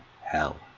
hell